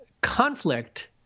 Conflict